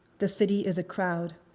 the city is a crowd.